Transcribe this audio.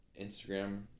Instagram